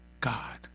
God